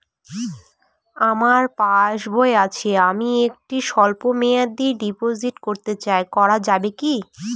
আমার পাসবই আছে আমি একটি স্বল্পমেয়াদি ডিপোজিট করতে চাই করা যাবে কি?